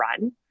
run